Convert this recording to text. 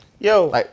Yo